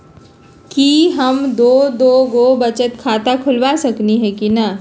कि हम दो दो गो बचत खाता खोलबा सकली ह की न?